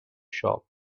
shop